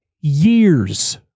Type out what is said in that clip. years